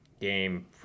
game